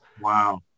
Wow